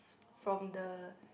from the